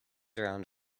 around